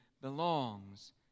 belongs